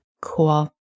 Cool